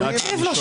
תקשיב לו שנייה.